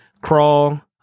crawl